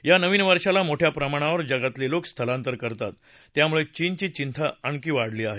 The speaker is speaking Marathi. या नवीन वर्षाला मोठ्या प्रमाणावर जगातले लोक स्थलांतर करतात त्यामुळे चीनची चिंता आणखी वाढली आहे